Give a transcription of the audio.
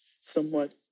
somewhat